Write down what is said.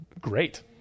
great